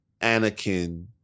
Anakin